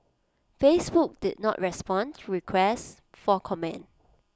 Facebook did not respond to A request for comment